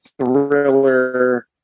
Thriller